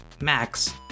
Max